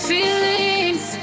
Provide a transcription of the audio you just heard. Feelings